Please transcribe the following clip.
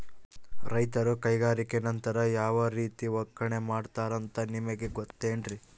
ರೈತರ ಕೈಗೆ ನಂತರ ಯಾವ ರೇತಿ ಒಕ್ಕಣೆ ಮಾಡ್ತಾರೆ ಅಂತ ನಿಮಗೆ ಗೊತ್ತೇನ್ರಿ?